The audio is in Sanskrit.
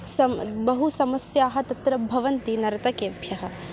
सः बह्व्यः समस्याः तत्र भवन्ति नर्तकेभ्यः